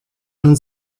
non